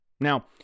Now